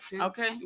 Okay